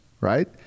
right